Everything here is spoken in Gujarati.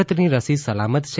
ભારતની રસી સલામત છે